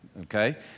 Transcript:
Okay